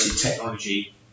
technology